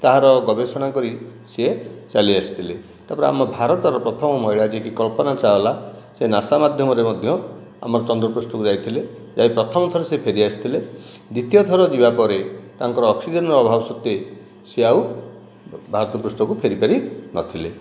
ତାହାର ଗବେଷଣା କରି ସିଏ ଚାଲିଆସିଥିଲେ ତା'ପରେ ଆମ ଭାରତର ପ୍ରଥମ ମହିଳା ଯିଏକି କଳ୍ପନା ଚାୱାଲା ସେ ନାସା ମାଧ୍ୟମରେ ମଧ୍ୟ ଆମର ଚନ୍ଦ୍ରପୃଷ୍ଠକୁ ଯାଇଥିଲେ ଯାଇ ପ୍ରଥମଥର ସେ ଫେରିଆସିଥିଲେ ଦ୍ଵିତୀୟ ଥର ଯିବା ପରେ ତାଙ୍କର ଅକ୍ସିଜେନର ଅଭାବ ସତ୍ୱେ ସିଏ ଆଉ ଭାରତ ପୃଷ୍ଠକୁ ଫେରିପାରି ନଥିଲେ